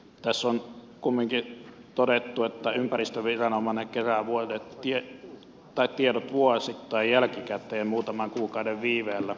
tässä on kumminkin todettu että ympäristöviranomainen kerää tiedot vuosittain jälkikäteen muutaman kuukauden viiveellä